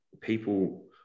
people